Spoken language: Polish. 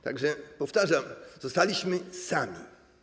Tak że powtarzam: zostaliśmy sami.